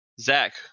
Zach